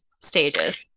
stages